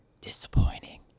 disappointing